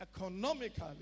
economically